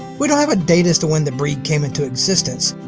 we don't have a date as to when the breed came into existence,